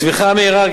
הצמיחה המהירה,